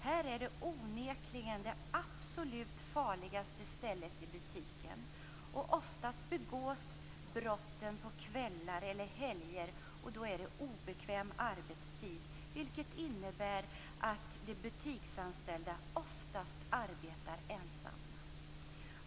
Det är det onekligen farligaste stället i butiken. Oftast begås brotten på kvällar eller helger då det är obekväm arbetstid. Det innebär att de butiksanställda oftast arbetar ensamma.